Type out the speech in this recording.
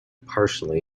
partially